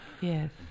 Yes